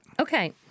Okay